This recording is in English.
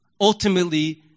ultimately